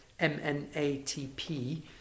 MNATP